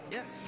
Yes